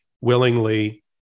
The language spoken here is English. willingly